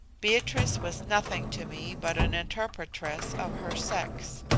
beatrice was nothing to me but an interpretress of her sex.